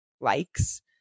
likes